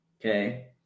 Okay